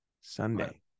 sunday